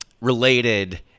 related